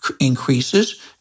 increases